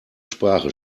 sprache